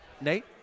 Nate